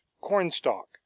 cornstalk